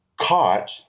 caught